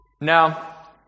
Now